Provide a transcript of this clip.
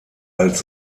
als